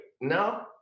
No